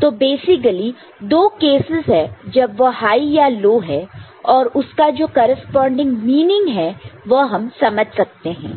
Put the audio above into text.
तो basically 2 cases है जब वह हाई या लो है और उसका जो करेस्पॉन्डिंग मीनिंग है वह हम समझ सकते हैं